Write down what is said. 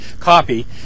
copy